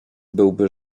byłby